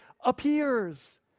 appears